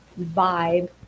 vibe